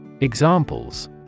Examples